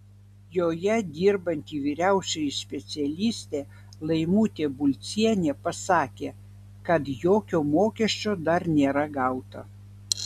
joje dirbanti vyriausioji specialistė laimutė bulcienė pasakė kad jokio mokesčio dar nėra gauta